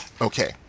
Okay